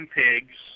pigs